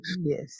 yes